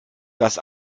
das